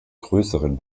größeren